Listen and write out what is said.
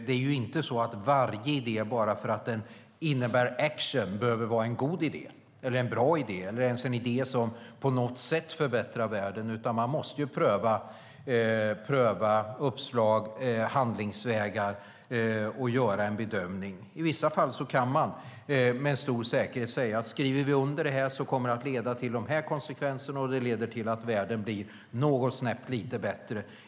Det är inte så att varje idé bara för att den innebär action behöver vara en god eller bra idé eller ens en idé som på något sätt förbättrar världen, utan man måste pröva uppslag och handlingsvägar och göra en bedömning. I vissa fall kan man med stor säkerhet säga: Om vi skriver under detta kommer det att leda till de här konsekvenserna, och det leder till att världen blir ett litet snäpp bättre.